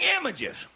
images